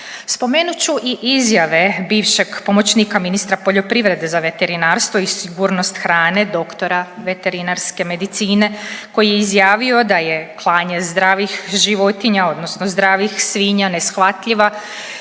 Spomenut ću i izjave bivšeg pomoćnika ministra poljoprivrede za veterinarstvo i sigurnost hrane doktora veterinarske medicine koji je izjavio da je klanje zdravih životinja odnosno zdravih svinja neshvatljiva